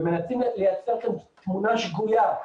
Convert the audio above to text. מנסים לייצר כאן תמונה שגויה,